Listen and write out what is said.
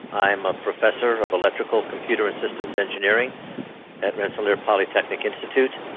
i'm a professor of electrical, computer and systems engineering at rensselaer polytechnic institute.